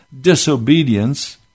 disobedience